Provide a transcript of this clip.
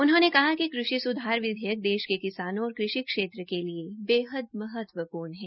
उन्होंने कहा कि कृषि स्धार विधेयक देश के किसानों और कृषि क्षेत्र के लिए बेहतद महत्वपूर्ण है